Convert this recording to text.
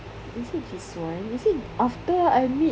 is it this [one] is it after I meet